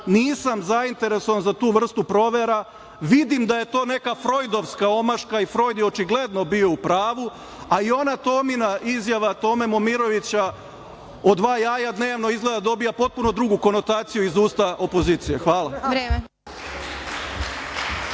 nisam zainteresovan za tu vrstu provera. Vidim da je to neka frojdovska omaška i Frojd je očigledno bio u pravu, a i ona Tomina izjava, Tome Momirovića, o dva jaja dnevno izgleda da dobija potpuno drugu konotaciju iz usta opozicije. Hvala.